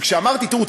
וכשאמרתי: תראו,